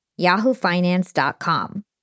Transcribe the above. yahoofinance.com